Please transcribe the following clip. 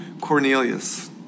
Cornelius